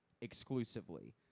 exclusively